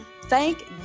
Thank